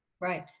Right